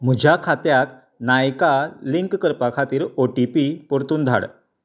म्हज्या खात्याक नायका लींक करपा खातीर ओटीपी पोरतून धाड